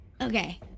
okay